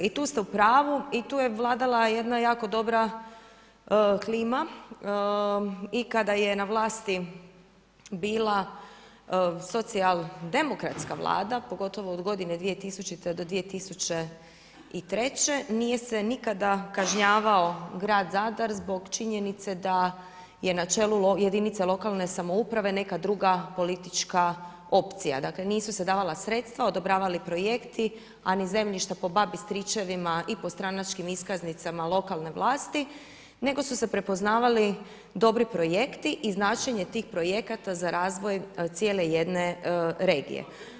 I tu ste u pravu i tu je vladala jedna jako dobra klima i kada je na vlasti bila socijaldemokratska Vlada pogotovo od godine 2000. do 2003. nije se nikada kažnjavao grad Zadar zbog činjenice da je na čelu jedinice lokalne samouprave neka druga politička opcija, dakle, nisu se davala sredstva, odobravali projekt, a ni zemljišta po babi, stričevima, i po stranačkim iskaznicama lokalne vlasti, nego su se prepoznavali dobri projekti i značenje tih projekata za razvoj cijele jedne regije.